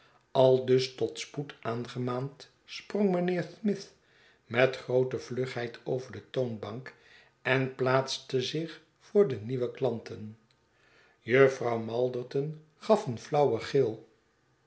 aldus tot spoed aangemaand sprong mijnheer smith met groote vlugheid over de toonbank en plaatste zich voor de nieuwe klanten jufvrouw malderton gaf een flauwen gil